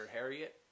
Harriet